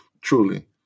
truly